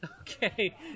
Okay